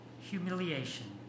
humiliation